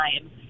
time